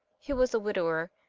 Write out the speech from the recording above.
who was a widower,